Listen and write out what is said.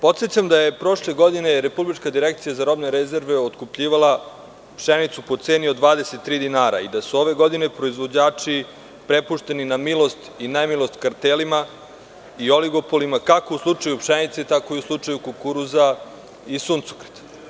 Podsećam da je prošle godine Republička direkcija za robne rezerve otkupljivala pšenicu po ceni od 23 dinara i da su ove godine proizvođači prepušteni na milost i nemilost kartelima i oligopolima, kako u slučaju pšenice, tako i u slučaju kukuruza i suncokreta.